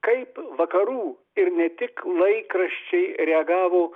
kaip vakarų ir ne tik laikraščiai reagavo